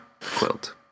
quilt